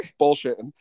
bullshitting